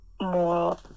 more